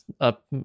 up